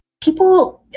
People